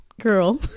girl